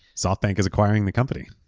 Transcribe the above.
softbank is acquiring the company.